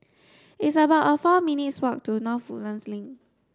it's about four minutes' walk to North Woodlands Link